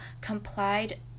complied